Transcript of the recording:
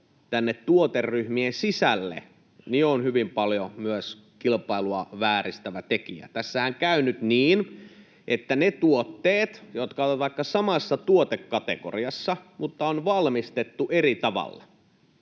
tuo tuoteryhmien sisälle, on hyvin paljon myös kilpailua vääristävä tekijä. Tässähän käy nyt niin, että kun niiden tuotteiden, jotka ovat vaikka samassa tuotekategoriassa mutta jotka on valmistettu eri tavalla,